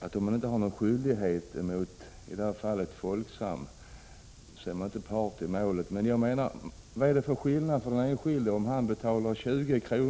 att om man inte har någon skyldighet mot i det här fallet Folksam är man inte part i målet. Men vad är det för skillnad för den enskilde om han betalar 20 kr.